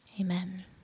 Amen